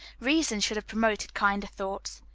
reason should have prompted kinder thoughts.